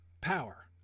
power